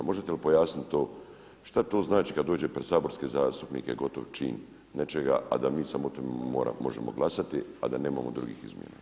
Možete li pojasniti šta to znači kad dođe pred saborske zastupnike gotov čin nečega a da mi samo o tome možemo glasati a da nemamo drugih izmjena?